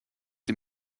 sie